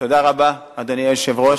תודה רבה, אדוני היושב-ראש,